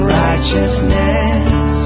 righteousness